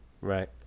Right